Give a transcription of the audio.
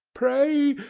pray!